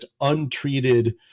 untreated